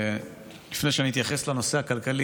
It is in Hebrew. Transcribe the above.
לפני שאני אתייחס לנושא הכלכלי,